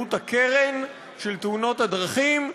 באמצעות הקרן של תאונות הדרכים.